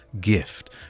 gift